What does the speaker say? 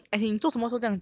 很差 eh